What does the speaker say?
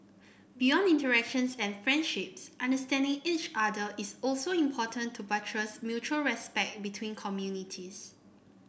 beyond interactions and friendships understanding each other is also important to buttress mutual respect between communities